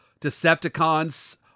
Decepticons